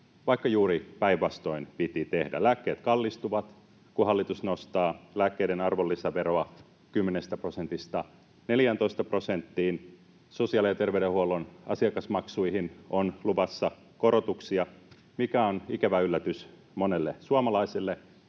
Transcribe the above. vaikka juuri päinvastoin piti tehdä. Lääkkeet kallistuvat, kun hallitus nostaa lääkkeiden arvonlisäveroa 10 prosentista 14 prosenttiin. Sosiaali- ja terveydenhuollon asiakasmaksuihin on luvassa korotuksia, mikä on ikävä yllätys monelle suomalaiselle,